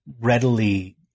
readily